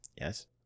Yes